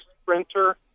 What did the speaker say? Sprinter